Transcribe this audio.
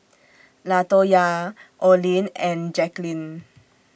Latoyia Olin and Jacklyn